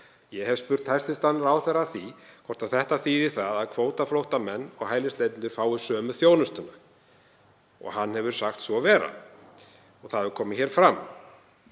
Ég hef spurt hæstv. ráðherra að því hvort þetta þýði að kvótaflóttamenn og hælisleitendur fái sömu þjónustuna. Hann hefur sagt svo vera og það hefur komið hér fram.